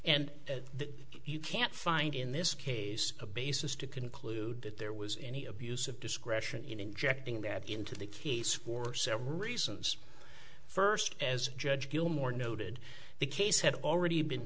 and that you can't find in this case a basis to conclude that there was any abuse of discretion in injecting that into the case for several reasons first as judge gilmore noted the case had already been